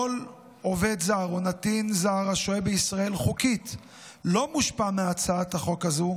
כל עובד זר או נתין זר השוהה בישראל חוקית לא מושפע מהצעת החוק הזו,